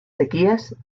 sequías